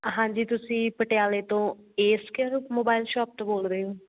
ਹਾਂਜੀ ਤੁਸੀਂ ਪਟਿਆਲੇ ਤੋਂ ਏ ਸਕੇਅਰ ਮੋਬਾਇਲ ਸ਼ੋਪ ਤੋਂ ਬੋਲ ਰਹੇ ਹੋ